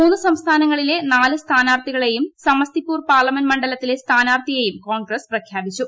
മൂന്ന് സംസ്ഥാനങ്ങ്ളിലെ നാല് സ്ഥാനാർത്ഥികളെയും സമസ്തിപൂർ പാർലമെന്റ് പ്രമൺഡലത്തിലെ സ്ഥാനാർത്ഥിയേയും കോൺഗ്രസ് പ്രഖ്യാപിച്ചു